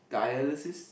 dialysis